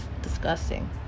Disgusting